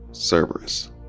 Cerberus